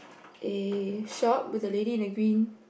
(a) shop with the lady in the green